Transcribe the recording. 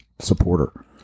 supporter